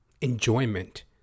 enjoyment